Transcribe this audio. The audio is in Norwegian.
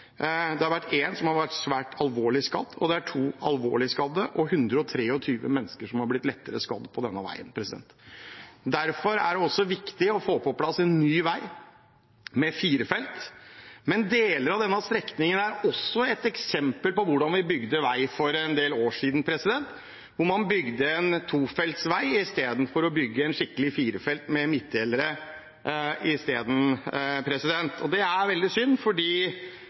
denne veien. Derfor er det viktig å få på plass en ny vei, med fire felt. Men deler av denne strekningen er et eksempel på hvordan vi bygde vei for en del år siden, at man bygde en tofelts vei istedenfor å bygge en skikkelig firefelts vei med midtdelere. Det er veldig synd, for da hadde man kanskje ikke behøvd å gjøre det vi nå må gjøre: å bygge en ny vei. Dessverre er